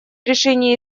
решение